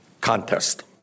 contest